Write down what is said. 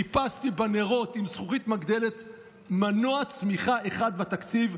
חיפשתי בנרות עם זכוכית מגדלת מנוע צמיחה אחד בתקציב,